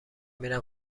میرم